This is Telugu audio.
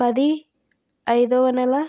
పది ఐదొవ నెల